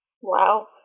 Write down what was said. Wow